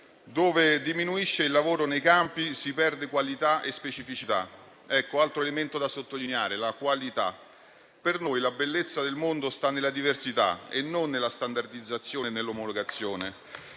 Dove diminuisce il lavoro nei campi si perde qualità e specificità. Un altro elemento da sottolineare è la qualità. Per noi la bellezza del mondo sta nella diversità e non nella standardizzazione e nell'omologazione.